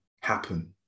happen